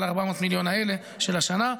400 המיליון האלה של השנה,